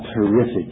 Terrific